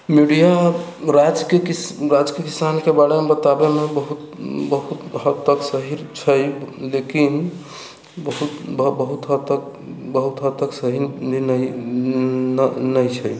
media राज्यके किस राज्यके किसानके बारेमे बताबैमे बहुत हद तक सही छै लेकिन बहुत हद तक सही नहि छै